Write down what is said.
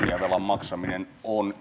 kunniavelan maksaminen on